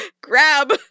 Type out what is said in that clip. grab